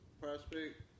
Prospect